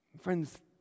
Friends